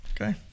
Okay